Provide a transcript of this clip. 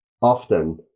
often